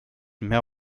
mehr